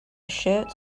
shirt